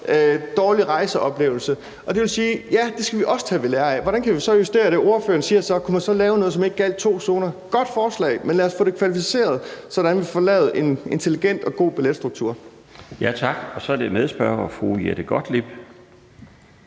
dårlig rejseoplevelse, og det vil sige, at det skal vi også tage ved lære af. Hvordan kan vi så justere det? Spørgeren spørger så, om man kunne lave noget, som ikke gjaldt to zoner, og det er et godt forslag. Men lad os få det kvalificeret, sådan at vi får lavet en intelligent og god billetstruktur. Kl. 13:40 Den fg. formand (Bjarne Laustsen): Tak.